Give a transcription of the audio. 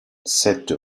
cette